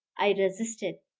i resisted,